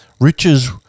Riches